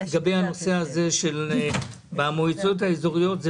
לגבי הנושא הזה של המועצות האזוריות,